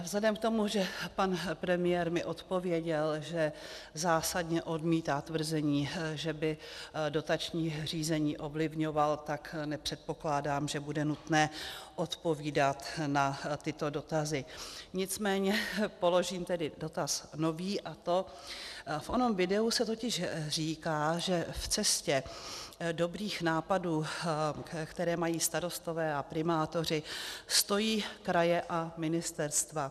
Vzhledem k tomu, že pan premiér mi odpověděl, že zásadně odmítá tvrzení, že by dotační řízení ovlivňoval, tak nepředpokládám, že bude nutné odpovídat na tyto dotazy, nicméně položím tedy dotaz nový: V onom videu se totiž říká, že v cestě dobrých nápadů, které mají starostové a primátoři, stojí kraje a ministerstva.